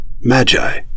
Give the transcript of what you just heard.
Magi